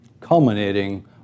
culminating